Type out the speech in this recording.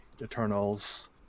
Eternals